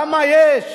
למה יש